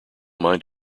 mind